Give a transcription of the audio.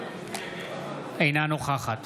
אינה נוכחת